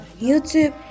YouTube